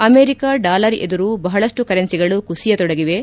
America dollar ಎದುರು ಬಹಳಷ್ಟು ಕರೆನ್ಲಿಗಳು ಕುಸಿಯತೊಡಗಿವೆ